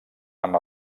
amb